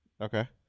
Okay